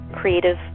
creative